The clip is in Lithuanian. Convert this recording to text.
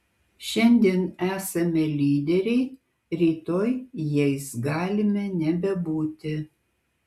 šiandien esame lyderiai rytoj jais galime nebebūti